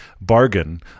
bargain